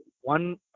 one